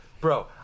bro